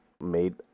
made